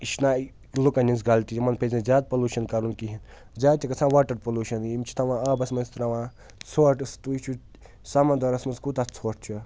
یہِ چھُ نہ لُکَن ہِنٛز غلطی یِمَن پَزِ نہٕ زیادٕ پلوٗشَن کَرُن کِہیٖنۍ زیادٕ چھِ گژھان واٹَر پلوٗشَن یِم چھِ تھاوان آبَس منٛز ترٛاوان ژھۄٹھ سَمنٛدارَس مَنٛز کوٗتاہ ژھۄٹھ چھُ